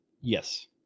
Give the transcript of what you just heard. Yes